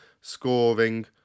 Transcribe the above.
scoring